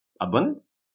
abundance